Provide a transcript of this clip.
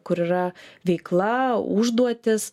kur yra veikla užduotys